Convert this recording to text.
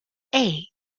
eight